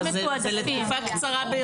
זה לתקופה קצרה ביותר.